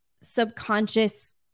subconscious